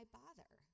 bother